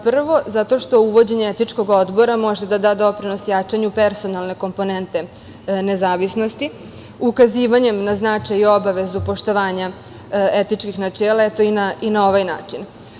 Prvo, zato što uvođenje Etičkog odbora može da da doprinos jačanju personalne komponente nezavisnosti, ukazivanjem na značaj i obavezu poštovanja etičkih načela, eto, i na ovaj način.